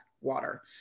water